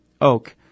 Oak